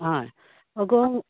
हय अगो